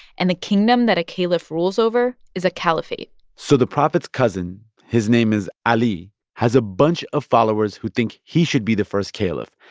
and the kingdom that a caliph rules over is a caliphate so the prophet's cousin his name is ali has a bunch of followers who think he should be the first caliph,